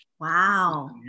wow